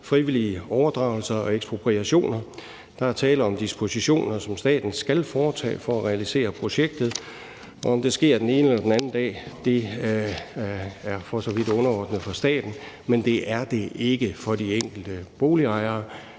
frivillige overdragelser og ekspropriationer. Der er tale om dispositioner, som staten skal foretage for at realisere projektet, og om det sker den ene eller den anden dag, er for så vidt underordnet set fra statens side, men det er det ikke for de enkelte boligejere.